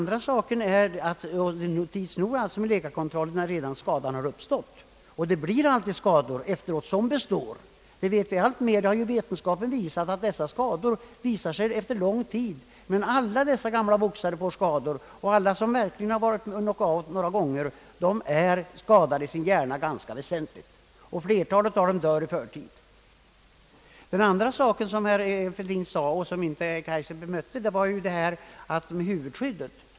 Det är för sent med läkarkontroll när skadan redan har uppstått. Och det blir alltid skador efteråt. Vetenskapen har visat att skador framkommer efter lång tid, att alla dessa gamla boxare har fått skador. Alla de som verkligen varit knock out några gånger är ganska väsentligt skadade i sin hjärna, och flertalet av dem dör i förtid. Den andra saken som herr Fälldin talade om och som herr Kaijser inte bemötte var huvudskyddet.